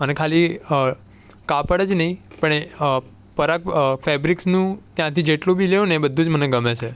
અને ખાલી કાપડ જ નહીં પણ એ પરાગ ફેબ્રિક્સનું ત્યાંથી જેટલું બી લ્યોને એ બધું જ મને ગમે છે